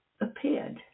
appeared